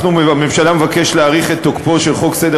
הממשלה מבקשת להאריך את תוקפו של חוק סדר